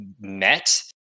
met